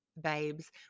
babes